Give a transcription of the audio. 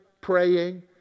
praying